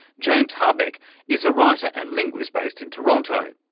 james harbeck is a writer and linguist based in toronto.